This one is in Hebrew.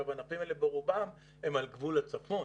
הענפים האלה ברובם הם על גבול הצפון,